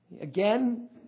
Again